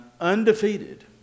undefeated